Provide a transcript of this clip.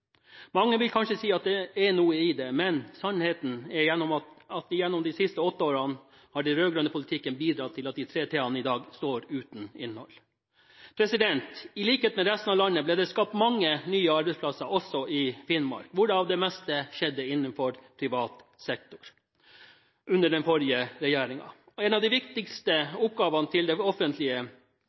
Mange vil kanskje si at det er noe i det, men sannheten er at gjennom de siste åtte årene har den rød-grønne politikken bidratt til at de tre t-ene i dag står uten innhold. I likhet med i resten av landet ble det skapt mange nye arbeidsplasser også i Finnmark, hvorav de fleste ble skapt innenfor privat sektor under den forrige regjeringen. En av de viktigste oppgavene til det offentlige